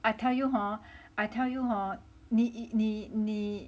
I tell you hor I tell you hor 你你你